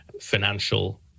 financial